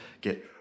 get